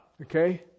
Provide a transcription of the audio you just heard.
okay